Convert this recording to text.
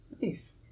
Nice